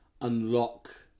unlock